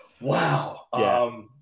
Wow